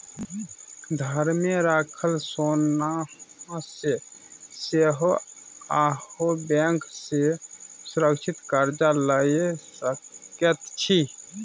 घरमे राखल सोनासँ सेहो अहाँ बैंक सँ सुरक्षित कर्जा लए सकैत छी